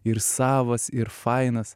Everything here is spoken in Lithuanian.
ir savas ir fainas